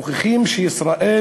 הם מוכיחים שישראל